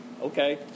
Okay